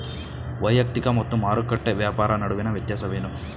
ವೈಯಕ್ತಿಕ ಮತ್ತು ಮಾರುಕಟ್ಟೆ ವ್ಯಾಪಾರ ನಡುವಿನ ವ್ಯತ್ಯಾಸವೇನು?